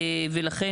ולכן,